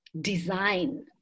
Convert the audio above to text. design